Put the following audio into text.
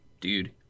dude